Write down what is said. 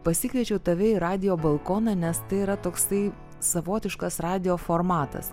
pasikviečiau tave į radijo balkoną nes tai yra toksai savotiškas radijo formatas